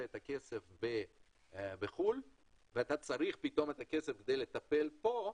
את הכסף בחו"ל ואתה צריך את הכסף כדי לטפל פה,